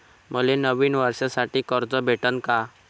मले नवीन वर्षासाठी कर्ज भेटन का?